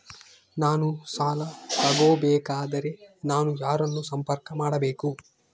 ನಾನು ಸಾಲ ತಗೋಬೇಕಾದರೆ ನಾನು ಯಾರನ್ನು ಸಂಪರ್ಕ ಮಾಡಬೇಕು?